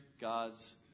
God's